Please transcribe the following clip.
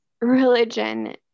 religion